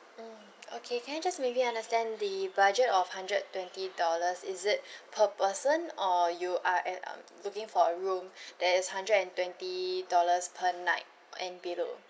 mm okay can I just maybe understand the budget of hundred twenty dollars is it per person or you are at um looking for a room that is hundred and twenty dollars per night and below